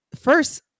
first